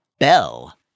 Bell